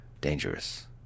dangerous